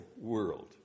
world